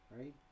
right